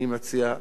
אני מציע,